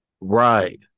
Right